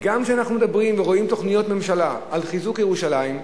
וגם כשאנחנו מדברים ורואים תוכניות ממשלה לחיזוק ירושלים,